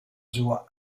sua